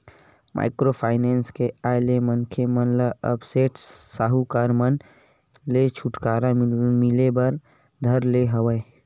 micro finance के आय ले मनखे मन ल अब सेठ साहूकार मन ले छूटकारा मिले बर धर ले हवय